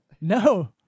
no